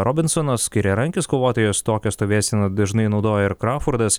robinsonas kairiarankis kovotojas tokią stovėseną dažnai naudoja ir kraufordas